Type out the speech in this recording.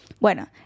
Bueno